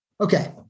okay